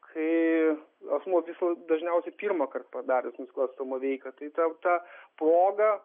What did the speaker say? kai asmuo visąlaik dažniausiai pirmąkart padarius nusikalstamą veiką tai ten ta proga